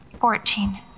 fourteen